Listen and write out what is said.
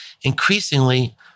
increasingly